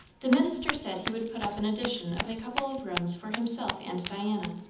the minister said he would put up an addition of a couple of rooms for himself and diana,